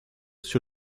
sur